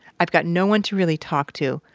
i've got no one to really talk to.